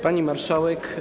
Pani Marszałek!